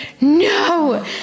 no